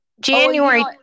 January